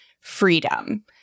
Freedom